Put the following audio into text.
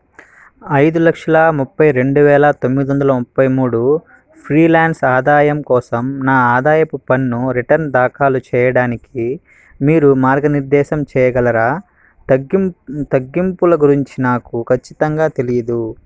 ఐదు లక్షల ముప్పై రెండు వేల తొమ్మిది వందల ముప్పై మూడు ఫ్రీలాన్స్ ఆదాయం కోసం నా ఆదాయపు పన్ను రిటర్న్ దాఖాలు చేయడానికి మీరు మార్గనిర్దేశం చేయగలరా తగ్గింపు తగ్గింపుల గురించి నాకు ఖచ్చితంగా తెలియదు